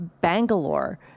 Bangalore